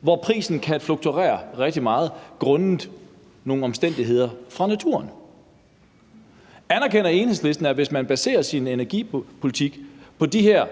hvor prisen kan fluktuere rigtig meget grundet nogle omstændigheder fra naturens side. Anerkender Enhedslisten, at hvis man baserer sin energipolitik på de her